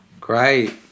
Great